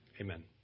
Amen